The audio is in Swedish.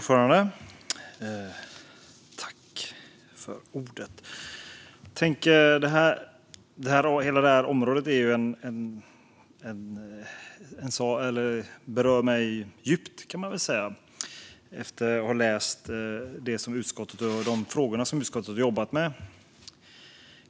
Fru talman! Hela detta område berör mig djupt efter att ha läst om de frågor som utskottet har jobbat med.